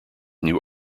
new